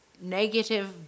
negative